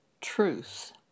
truth